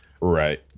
Right